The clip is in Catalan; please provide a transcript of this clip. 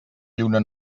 lluna